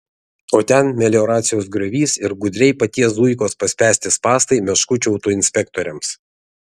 o ten melioracijos griovys ir gudriai paties zuikos paspęsti spąstai meškučių autoinspektoriams